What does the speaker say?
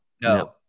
No